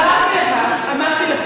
ואני אמרתי לך,